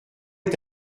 est